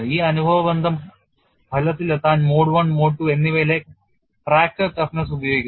ഈ അനുഭവബന്ധം ഫലത്തിലെത്താൻ മോഡ് I മോഡ് II എന്നിവയിലെ fracture toughness ഉപയോഗിക്കുന്നു